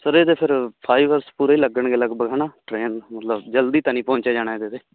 sir ਇਹ ਤਾਂ ਫਿਰ ਫਾਈਵ ਆਵਰਸ ਪੂਰੇ ਲੱਗਣਗੇ ਲਗਭਗ ਹੈ ਨਾ ਟ੍ਰੇਨ ਮਤਲਬ ਜਲਦੀ ਤਾਂ ਨਹੀਂ ਪਹੁੰਚਿਆ ਜਾਣਾ ਇਹਦੇ 'ਤੇ